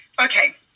Okay